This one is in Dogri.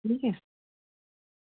अं